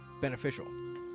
Beneficial